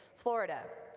florida.